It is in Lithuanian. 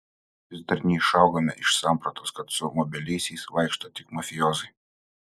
vis dar neišaugame iš sampratos kad su mobiliaisiais vaikšto tik mafijoziai